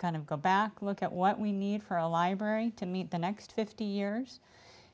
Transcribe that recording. kind of go back look at what we need for a library to meet the next fifty years